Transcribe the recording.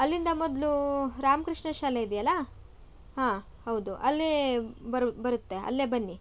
ಅಲ್ಲಿಂದ ಮೊದಲು ರಾಮಕೃಷ್ಣ ಶಾಲೆ ಇದ್ಯಲ್ಲ ಹಾಂ ಹೌದು ಅಲ್ಲೇ ಬರು ಬರುತ್ತೆ ಅಲ್ಲೇ ಬನ್ನಿ